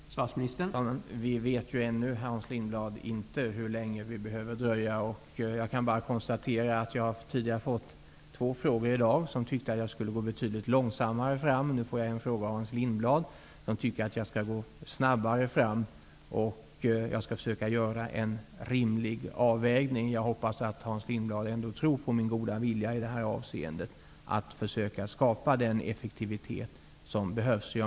Herr talman! Vi vet ännu inte, Hans Lindblad, hur länge vi behöver dröja. Jag kan bara konstatera att jag tidigare i dag har fått två frågor där man tyckte att jag skulle gå betydligt långsammare fram. Nu får jag en fråga av Hans Lindblad, som tycker att jag skall gå snabbare fram. Jag skall försöka göra en rimlig avvägning. Jag hoppas att Hans Lindblad ändå tror på min goda vilja att i det här avseendet försöka skapa den effektivitet som behövs.